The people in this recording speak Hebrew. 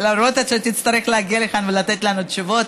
למרות שאתה תצטרך להגיע לכאן ולתת לנו תשובות,